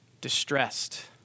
Distressed